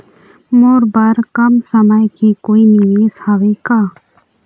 मोर बर कम समय के कोई निवेश हावे का?